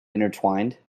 intertwined